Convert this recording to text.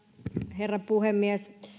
herra puhemies